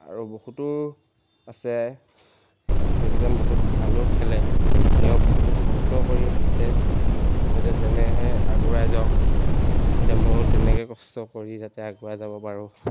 আৰু বহুতো আছে এইকেইজন বহুত ভালো খেলে তেওঁ বহুতো কষ্ট কৰি আহিছে যাতে তেনেদৰে আগুৱাই যাওক যাতে ময়ো তেনেকৈ কষ্ট কৰি যাতে আগুৱাই যাব পাৰোঁ